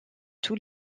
tous